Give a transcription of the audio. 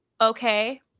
Okay